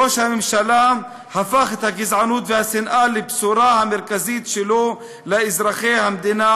ראש הממשלה הפך את הגזענות והשנאה לבשורה המרכזית שלו לאזרחי המדינה,